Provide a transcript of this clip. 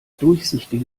durchsichtige